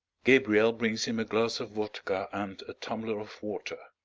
gabriel brings him a glass of vodka and a tumbler of water.